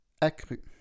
accru